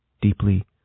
deeply